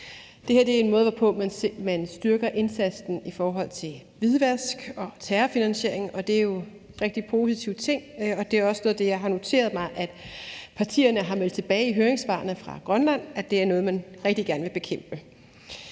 Det her er en måde, hvorpå man styrker indsatsen i forhold til hvidvask og terrorfinansiering, og det er jo en rigtig positiv ting. Og noget af det, jeg har noteret mig at partierne har meldt tilbage i høringssvarene fra Grønland, er også, at det er noget, man rigtig gerne vil bekæmpe.